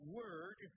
word